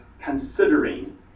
considering